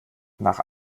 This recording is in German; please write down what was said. nach